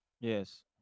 Yes